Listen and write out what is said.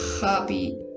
happy